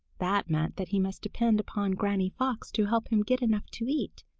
that meant that he must depend upon granny fox to help him get enough to eat.